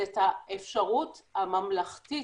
זה את האפשרות הממלכתית,